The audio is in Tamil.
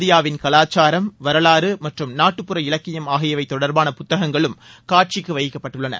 இந்தியாவின் கலாச்சாரம் வரலாறு மற்றும் நாட்டுப்புற இலக்கியம் ஆகியவை தொடர்பான புத்தகங்களும் காட்சிக்கு வைக்கப்பட்டுள்ளன